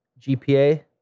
GPA